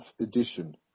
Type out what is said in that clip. edition